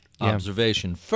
observation